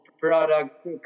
Product